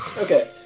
Okay